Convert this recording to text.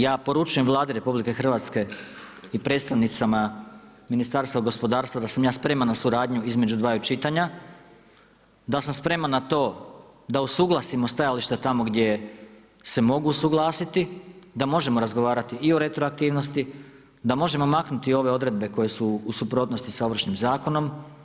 Ja poručujem Vladi Republike Hrvatske i predstavnicama Ministarstva gospodarstva da sam ja spreman na suradnju između dvaju čitanja, da sam spreman na to da usuglasimo stajališta tamo gdje se mogu usuglasiti, da možemo razgovarati i o retroaktivnosti, da možemo maknuti ove odredbe koje su u suprotnosti s Ovršnim zakonom.